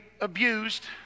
abused